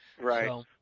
Right